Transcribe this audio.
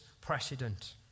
precedent